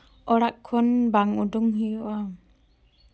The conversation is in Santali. ᱚᱲᱟᱜ ᱠᱷᱚᱱ ᱵᱟᱝ ᱩᱰᱩᱝ ᱦᱩᱭᱩᱜᱼᱟ